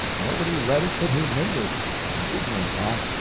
nobody read it but his neighbors, an ignorant lot,